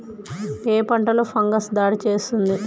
ఏ పంటలో ఫంగస్ దాడి చేస్తుంది?